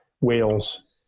whales